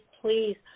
please